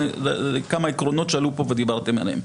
אלא מתייחס לכמה עקרונות שעלו כאן ודיברתם עליהם.